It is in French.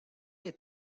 est